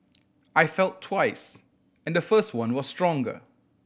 I felt twice and the first one was stronger